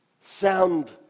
sound